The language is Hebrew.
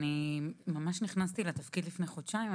אני ממש נכנסתי לתפקיד לפני חודשיים.